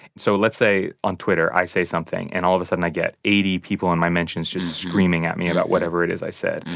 so let's say on twitter i say something. and all of a sudden, i get eighty people in my mentions just screaming at me about whatever it is i said.